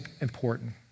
important